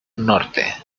norte